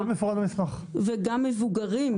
וגם למבוגרים.